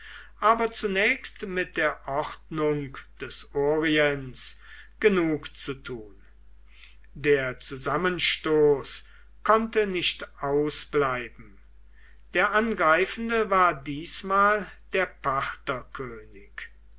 aber zunächst mit der ordnung des orients genug zu tun der zusammenstoß konnte nicht ausbleiben der angreifende war diesmal der partherkönig